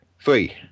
Three